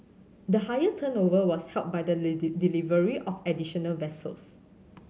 the higher turnover was helped by the delivery of additional vessels